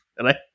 Right